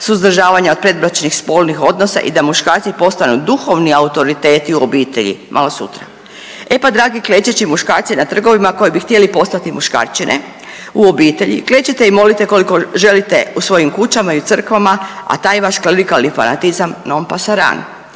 suzdržavanja od predbračnih, spolnih odnosa i da muškarci postanu duhovni autoriteti u obitelji. Malo sutra! E pa dragi klečeći muškarci na trgovima koji bi htjeli postati muškarčine u obitelji klečite i molite koliko želite u svojim kućama i u crkvama, a taj vaš …/Govornica se ne razumije./… fanatizam non pasaran.